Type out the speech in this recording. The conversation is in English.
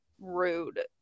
rude